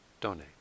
donate